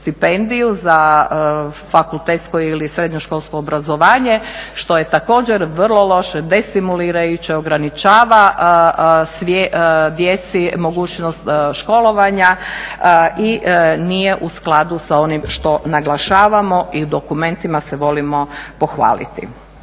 za fakultetsko ili srednjoškolsko obrazovanje što je također vrlo loše, destimulirajuće, ograničava djeci mogućnost školovanja i nije u skladu sa onim što naglašavamo i u dokumentima se volimo pohvaliti.